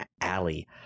Alley